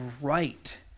right